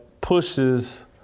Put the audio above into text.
pushes